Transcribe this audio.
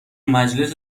مجلس